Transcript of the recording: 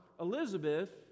Elizabeth